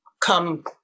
come